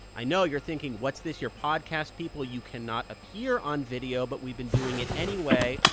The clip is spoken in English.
i know. you're thinking, what's this? you're podcast people. you cannot appear on video. but we've been doing it anyway.